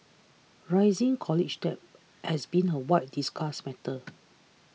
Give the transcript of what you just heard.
rising college debt has been a widely discussed matter